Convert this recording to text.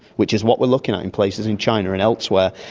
which is what we are looking at in places in china and elsewhere,